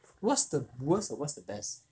what's the worst or what's the best